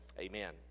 amen